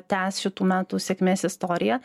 tęs šitų metų sėkmės istoriją